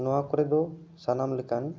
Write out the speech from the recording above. ᱱᱚᱣᱟ ᱠᱚᱨᱮ ᱫᱚ ᱥᱟᱱᱟᱢ ᱞᱮᱠᱟᱱ